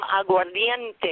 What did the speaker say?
aguardiente